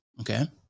Okay